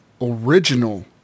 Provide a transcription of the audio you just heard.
original